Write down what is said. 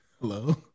Hello